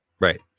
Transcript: Right